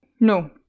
No